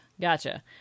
gotcha